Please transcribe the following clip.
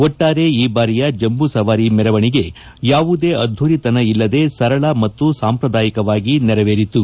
ಒಟ್ಟಾರೆ ಈ ಬಾರಿಯ ಜಂಬೂ ಸವಾರಿ ಮೆರವಣಗೆಯ ಯಾವುದೇ ಅದ್ದೂರಿತನ ಇಲ್ಲದೆ ಸರಳ ಮತ್ತು ಸಾಂಪ್ರದಾಯಿಕವಾಗಿ ನೆರವೇರಿತು